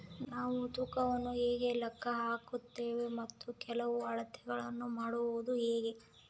ನಾವು ತೂಕವನ್ನು ಹೇಗೆ ಲೆಕ್ಕ ಹಾಕುತ್ತೇವೆ ಮತ್ತು ಕೆಲವು ಅಳತೆಗಳನ್ನು ಮಾಡುವುದು ಹೇಗೆ?